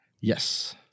Yes